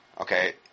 Okay